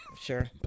Sure